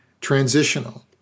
transitional